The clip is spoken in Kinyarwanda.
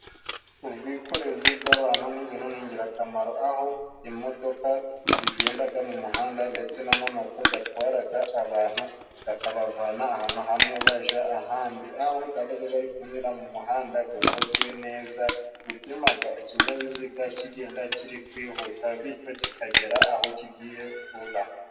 Ubwikorezi bw'abantu n'ibintu ni ingirakamaro, aho imodoka zigendaga mu muhanda ndetse n'amamoto gatwaraga abantu gakabavana ahantu hamwe baja ahandi ,aho gabaga gari kunyura mu muhanda gukozwe neza gutumaga ikinyabiziga kigenda kiri kwihuta, bityo kikagera aho kigiye vuba.